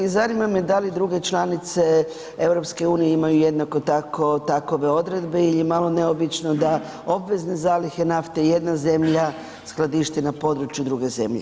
I zanima me da li druge članice EU imaju jednako tako takve odredbe jer je malo neobično da obvezne zalihe nafte jedna zemlja skladišti na području druge zemlje.